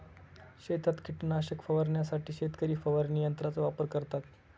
शेतात कीटकनाशक फवारण्यासाठी शेतकरी फवारणी यंत्राचा वापर करतात